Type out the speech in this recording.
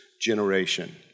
generation